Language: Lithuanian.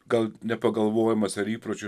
gal nepagalvojimas ar įpročiai